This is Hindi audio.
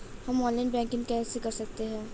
हम ऑनलाइन बैंकिंग कैसे कर सकते हैं?